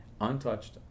untouched